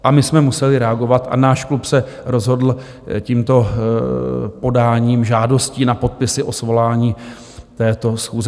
A my jsme museli reagovat a náš klub se rozhodl tímto podáním žádosti na podpisy o svolání této schůze.